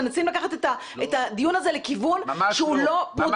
מנסים לקחת את הדיון הזה לכיוון שהוא לא פרודוקטיבי.